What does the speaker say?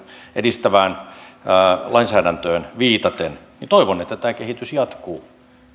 edistävään lainsäädäntöön ja toivon että tämä kehitys jatkuu